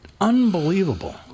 unbelievable